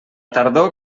tardor